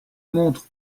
montre